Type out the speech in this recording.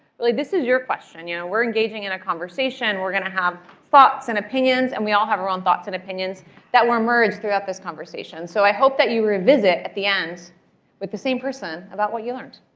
really this is your question. and you know we're engaging in a conversation. we're going to have thoughts and opinions. and we all have our own thoughts and opinions that will emerge throughout this conversation. so i hope that you revisit at the end with the same person about what you learned,